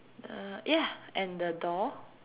uh ya and the door